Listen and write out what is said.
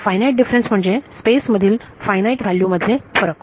finite difference म्हणजे space मधील finite value मधले फरक